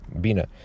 Bina